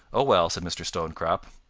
oh, well, said mr. stonecrop,